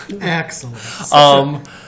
excellent